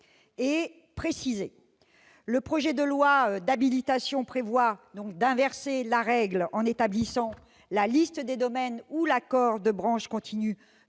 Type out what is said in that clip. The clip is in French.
et précisés. Le projet de loi d'habilitation prévoit d'inverser la règle en établissant la liste des domaines où l'accord de branche continue